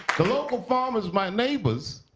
the local farmers, my neighbors,